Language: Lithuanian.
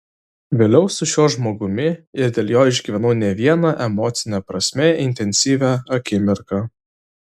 vėliau su šiuo žmogumi ir dėl jo išgyvenau ne vieną emocine prasme intensyvią akimirką